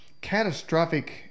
catastrophic